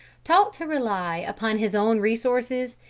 taught to rely upon his own resources,